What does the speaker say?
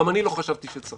גם אני לא חשבתי שצריך.